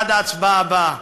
עד ההצבעה הבאה.